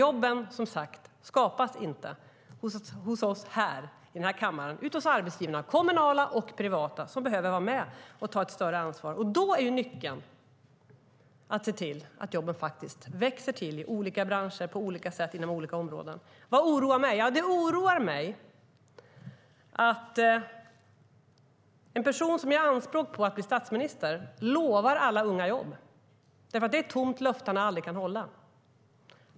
Jobben skapas inte hos oss här i kammaren utan ute hos arbetsgivarna, kommunala och privata, som behöver vara med och ta ett större ansvar. Då är nyckeln att se till att jobben växer till i olika branscher och på olika sätt i olika områden. Vad oroar mig? Ja, det oroar mig att en person som gör anspråk på att bli statsminister lovar alla unga jobb, för det är ett tomt löfte som han aldrig kan hålla.